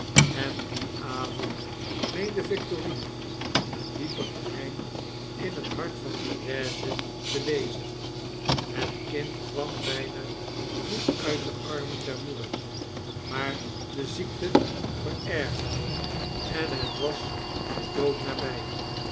en dien avond meende victorine een dieper geheim in het hart van therese te lezen het kind kwam bpa niet uit de armen der moeder maar de ziekte verergerde en het was den dood naby